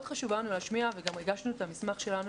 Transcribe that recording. חשוב לנו להשמיע וגם הגשנו את המסמך שלנו